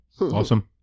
Awesome